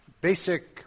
basic